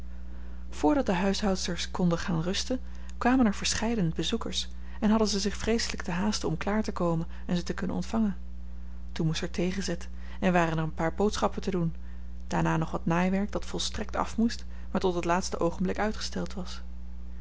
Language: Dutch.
voordat de huishoudsters konden gaan rusten kwamen er verscheiden bezoekers en hadden ze zich vreeselijk te haasten om klaar te komen en ze te kunnen ontvangen toen moest er thee gezet en waren er een paar boodschappen te doen daarna nog wat naaiwerk dat volstrekt af moest maar tot het laatste oogenblik uitgesteld was